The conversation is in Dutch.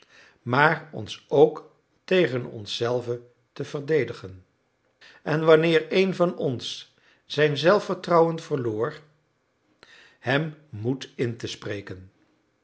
maar ons ook tegen ons zelven te verdedigen en wanneer een van ons zijn zelfvertrouwen verloor hem moed in te spreken